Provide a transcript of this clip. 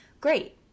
Great